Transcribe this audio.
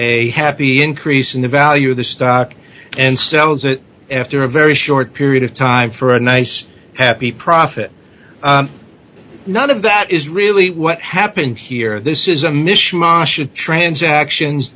the increase in the value of the stock and sells it after a very short period of time for a nice happy profit none of that is really what happened here this is a mishmash of transactions